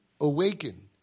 awaken